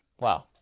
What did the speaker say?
Wow